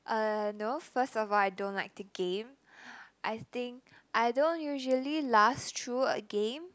uh no first of all I don't like to game I think I don't usually last through a game